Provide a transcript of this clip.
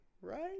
right